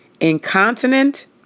incontinent